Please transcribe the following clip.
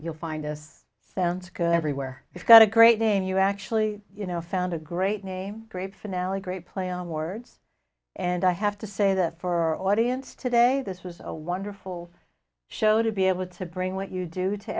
you'll find us sounds good everywhere it's got a great name you actually you know found a great name great finale great play on words and i have to say that for audience today this was a wonderful show to be able to bring what you do to